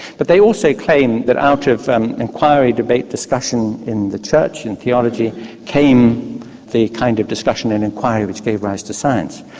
but they also claim that out of and enquiry, debate, discussion in the church and theology came the kind of discussion and enquiry which gave rise to science.